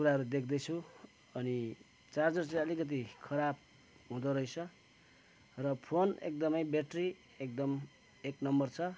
कुराहरू देख्दैछु अनि चार्जर चाहिँ अलिकति खराब हुँदो रहेछ र फोन एकदमै ब्याट्री एकदम एक नम्बर छ